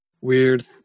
weird